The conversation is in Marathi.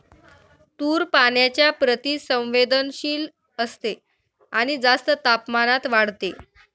तूर पाण्याच्या प्रति संवेदनशील असते आणि जास्त तापमानात वाढते